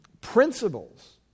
principles